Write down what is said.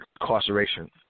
incarceration